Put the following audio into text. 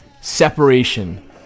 separation